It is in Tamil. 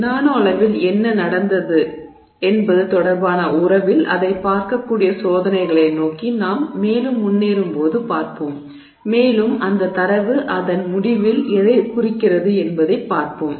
நானோ அளவில் என்ன நடந்தது என்பது தொடர்பான உறவில் அதைப் பார்க்கக்கூடிய சோதனைகளை நோக்கி நாம் மேலும் முன்னேறும்போது பார்ப்போம் மேலும் அந்த தரவு அதன் முடிவில் எதைக் குறிக்கிறது என்பதைப் பார்ப்போம்